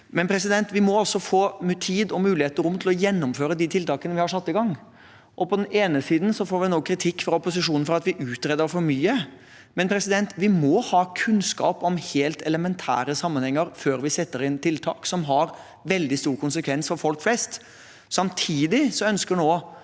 Vi må også få tid, mulighet og rom til å gjennomføre de tiltakene vi har satt i gang. På den ene siden får vi nå kritikk fra opposisjonen for at vi utreder for mye, men vi må ha kunnskap om helt elementære sammenhenger før vi setter inn tiltak som har veldig store konsekvenser for folk flest.